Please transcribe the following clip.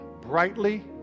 brightly